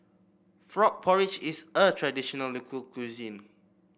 Frog Porridge is a traditional local cuisine